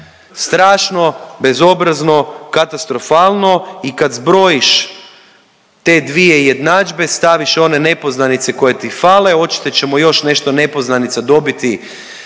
Strašno, bezobrazno, katastrofalno i kad zbrojiš te dvije jednadžbe, staviš one nepoznanice koje ti fale, očito ćemo još nešto nepoznanica dobiti